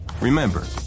Remember